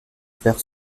faire